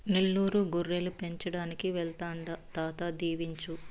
నెల్లూరు గొర్రెలు పెంచడానికి వెళ్తాండా తాత దీవించు